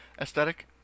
aesthetic